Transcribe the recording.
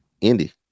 Indy